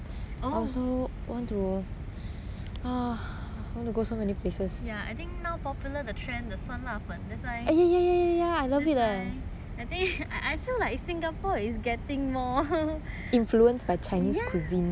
ya I think now popular the trend the 酸辣粉 that's why that's why I think I I feel like singapore is getting more yes I see a lot